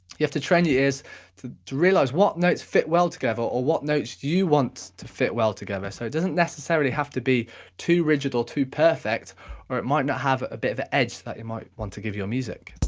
you have to train your ears to to realise what notes fit well together or what notes you want to fit well together, so it doesn't necessarily have to be too rigid or too perfect or it might not have a bit of an edge that you might want to give your music.